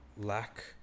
lack